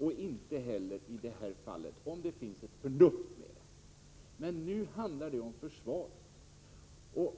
inte heller i detta fall, om det finns ett förnuft bakom. Men nu handlar det om försvaret.